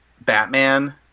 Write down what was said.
batman